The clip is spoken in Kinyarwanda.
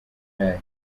yayo